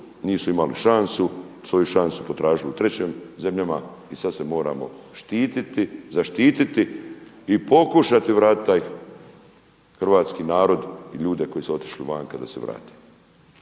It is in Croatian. nisu imali šansu, svoju šansu su potražili u trećim zemljama i sada se moramo štititi, zaštititi i pokušati vratiti taj hrvatski narod i ljude koji su otišli vanka da se vrate.